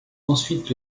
ensuite